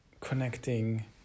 connecting